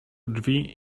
drzwi